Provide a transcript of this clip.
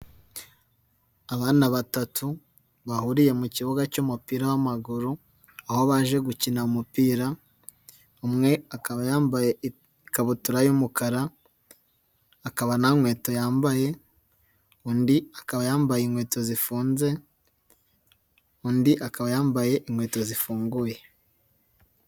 Abana batatu bahuriye mu kibuga cy'umupira w'amaguru, aho baje gukina umupira, umwe akaba yambaye ikabutura y'umukara, akaba nta nkweto yambaye, undi akaba yambaye inkweto zifunze, undi akaba yambaye inkweto zifunguye.